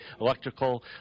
electrical